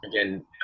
again